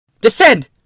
Descend